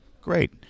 Great